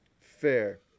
fair